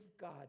God